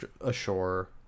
ashore